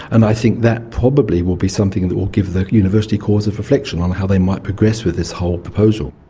and i think that probably will be something that will give the university cause for reflection on how they might progress with this whole proposal.